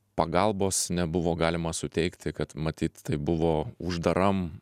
pagalbos nebuvo galima suteikti kad matyt tai buvo uždaram